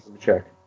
check